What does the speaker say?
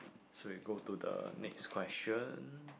so we go to the next question